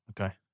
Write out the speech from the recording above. okay